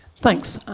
thanks,